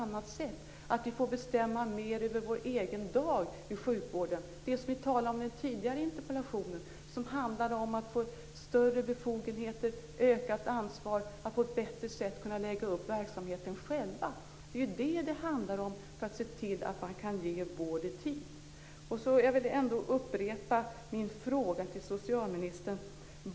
Vi skall kunna bestämma mer över vår egen dag i sjukvården. I tidigare interpellationsdebatter har det talats om att ges större befogenheter och ökat ansvar, att på ett bättre sätt kunna lägga upp verksamheten själva. Det är detta det handlar om i fråga om att ge sjukvård i tid. Jag vill upprepa min fråga till socialministern.